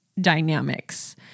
dynamics